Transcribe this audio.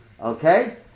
Okay